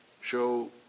show